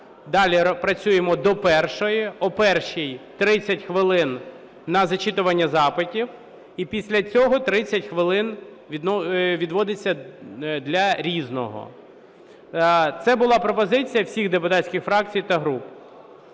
далі працюємо до першої, о першій – 30 хвилин на зачитування запитів і після цього 30 хвилин відводиться для "Різного". Це була пропозиція всіх депутатських фракцій та груп.